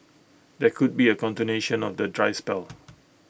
there could be A continuation of the dry spell